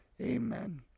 amen